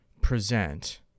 present